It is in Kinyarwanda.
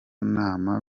nama